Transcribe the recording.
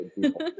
people